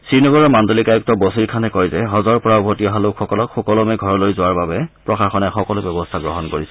শ্ৰীনগৰৰ মাণ্ডলিক আয়ুক্ত বছিৰ খানে কয় যে হজৰ পৰা উভতি অহা লোকসকলক সূকলমে ঘৰলৈ যোৱাৰ বাবে প্ৰশাসনে সকলো ব্যৱস্থা গ্ৰহণ কৰিছে